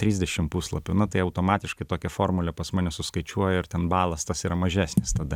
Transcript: trisdešim puslapių na tai automatiškai tokia formulė pas mane suskaičiuoja ir ten balas tas yra mažesnis tada